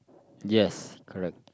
yes correct